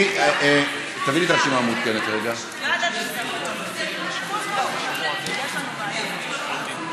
דב חנין לא רשום.